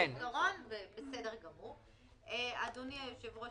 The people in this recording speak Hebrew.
אדוני היושב-ראש,